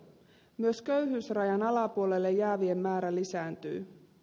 myös köyhyysrajan alapuolelle jäävien määrä lisääntyy